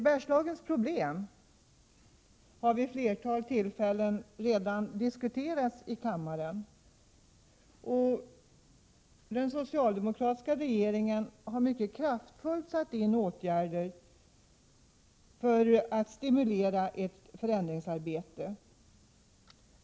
Bergslagens problem har vid flertal tillfällen redan diskuterats i kammaren, och den socialdemokratiska regeringen har mycket kraftfullt satt in åtgärder för att stimulera ett förändringsarbete.